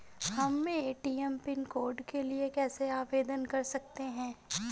हम ATM pin code के लिए कैसे आवेदन कर सकते हैं?